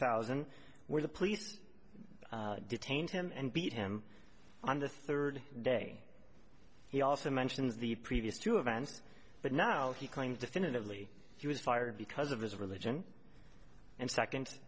thousand where the police detained him and beat him on the third day he also mentions the previous two events but now he claims definitively he was fired because of his religion and second